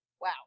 Wow